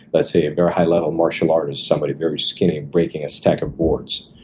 but say ah they're a high level martial artist, somebody very skinny, breaking a stack of boards.